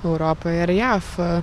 europoj ir jav